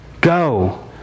Go